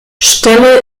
stelle